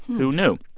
who knew?